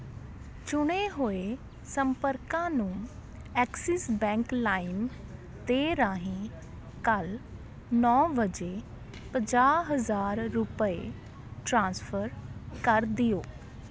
ਚੁਣੇ ਹੋਏ ਸੰਪਰਕਾਂ ਨੂੰ ਐਕਸਿਸ ਬੈਂਕ ਲਾਇਮ ਦੇ ਰਾਹੀਂ ਕੱਲ੍ਹ ਨੌ ਵਜੇ ਪੰਜਾਹ ਹਜ਼ਾਰ ਰੁਪਏ ਟ੍ਰਾਂਸਫਰ ਕਰ ਦਿਓ